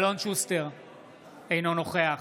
אינו נוכח